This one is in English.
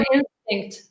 instinct